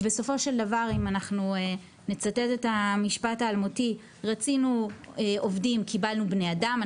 ובסופו של דבר אם אנחנו נצטט את המשפט רצינו עובדים קיבלנו בני אדם,